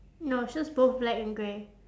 no it's just both black and grey